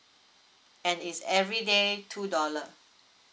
and is every day two dollar